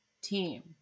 team